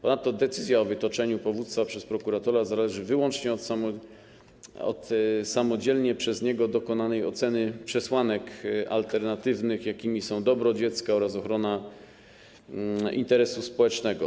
Ponadto decyzja o wytoczeniu powództwa przez prokuratora zależy wyłącznie od samodzielnie przez niego dokonanej oceny przesłanek alternatywnych, jakimi są dobro dziecka oraz ochrona interesu społecznego.